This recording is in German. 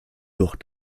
durch